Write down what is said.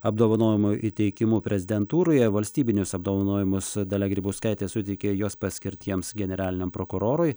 apdovanojimų įteikimu prezidentūroje valstybinius apdovanojimus dalia grybauskaitė suteikė jos paskirtiems generaliniam prokurorui